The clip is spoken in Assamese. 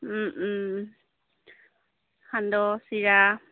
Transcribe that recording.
সান্দহ চিৰা